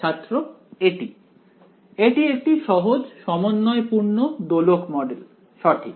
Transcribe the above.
ছাত্র এটি এটি একটি সহজ সমন্বয়পূর্ণ দোলক মডেল সঠিক